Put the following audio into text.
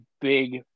big